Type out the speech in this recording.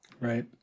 Right